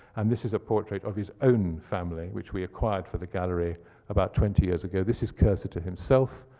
and this is a portrait of his own family, which we acquired for the gallery about twenty years ago. this is cursitor himself,